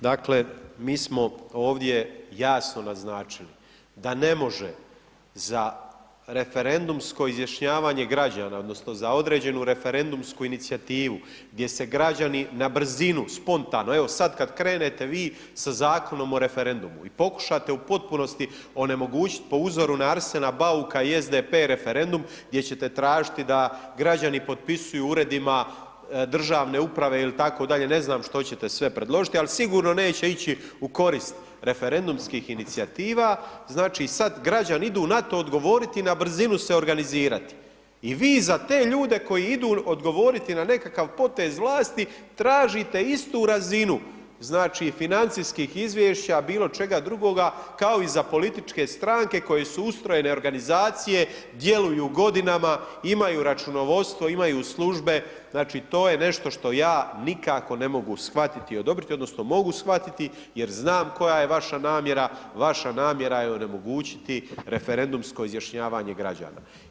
Dakle, mi smo ovdje jasno naznačili da ne može za referendumsko izjašnjavanje građana odnosno za određenu referendumsku inicijativu gdje se građani na brzinu, spontano, evo sad kad krenete vi sa Zakonom o referendumu i pokušate u potpunosti onemogućiti po uzoru na Arsena Bauka i SDP referendum gdje ćete tražiti da građani potpisuju u uredima državne uprave ili itd., ne znam što ćete sve predložiti, ali sigurno neće ići u korist referendumskih inicijativa, znači, sad građani idu na to odgovoriti i na brzinu se organizirati i vi za te ljude koji idu odgovoriti na nekakav potez vlasti tražite istu razinu, znači, financijskih izvješća, bilo čega drugoga, kao i za političke stranke koje su ustrojene organizacije, djeluju godinama, imaju računovodstvo, imaju službe, znači, to je nešto što ja nikako ne mobu shvatit i odobrit odnosno mogu shvatit jer znam koja je vaša namjera, vaša namjera je onemogućiti referendumsko izjašnjavanje građana.